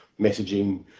messaging